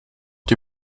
die